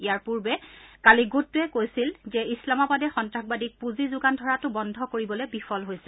ইয়াৰ পূৰ্বে কালি গোটটোৱে কৈছিল যে ইছলামাবাদে সন্তাসবাদীক পুঁজি যোগান ধৰাটো বন্ধ কৰিবলৈ বিফল হৈছে